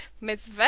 Miss